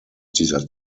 dieser